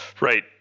Right